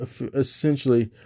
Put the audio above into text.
essentially